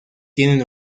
tienen